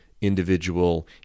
individual